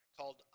called